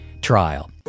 trial